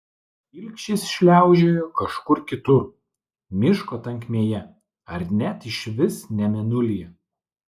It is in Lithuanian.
ilgšis šliaužiojo kažkur kitur miško tankmėje ar net išvis ne mėnulyje